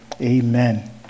Amen